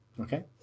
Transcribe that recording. Okay